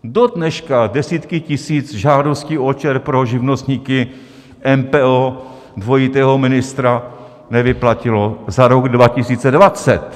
Dodneška desítky tisíc žádostí OČR pro živnostníky MPO dvojitého ministra nevyplatilo za rok 2020.